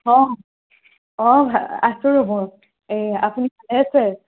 অঁ অঁ আছোঁ ৰ'ব এই আপুনি ভালে আছে